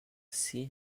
see